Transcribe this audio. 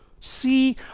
See